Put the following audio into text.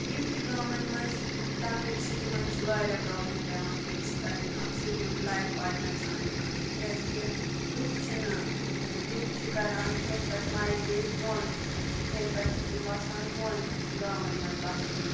یِم تہِ گامَن منٛز لَکٕٹۍ چھِ تِمَن چھِ واریاہ پرٛابلِم پیٚوان فیس کَرٕنۍ اَکھ سیوٗٹیبٕل لایِف پاٹنَر ژھانٛڈنہٕ خٲطرٕ کیٛازِکہِ لُکھ چھِنہٕ لُکھ چھِ کَران ہیٚرِ پٮ۪ٹھ مایگریٹ بۄن ہیرِ پٮ۪ٹھ چھِ تِم وَسان بۄن گامَن منٛز بَسنہٕ